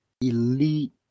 elite